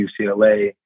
UCLA